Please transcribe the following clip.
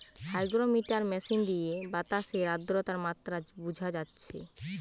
hygrometer machine দিয়ে বাতাসের আদ্রতার মাত্রা বুঝা যাচ্ছে